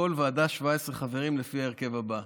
ובכל ועדה 17 חברים, לפי ההרכב הבא,